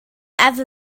ever